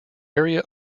area